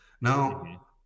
Now